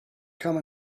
come